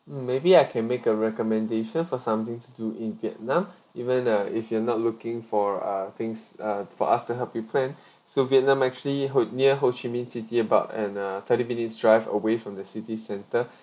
mm maybe I can make a recommendation for something to do in vietnam even uh if you're not looking for uh things uh f~ for us to help you plan so vietnam actually ho~ near ho chi minh city park and uh thirty minutes drive away from the city centre